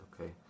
Okay